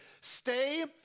stay